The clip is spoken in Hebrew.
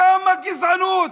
כמה גזענות.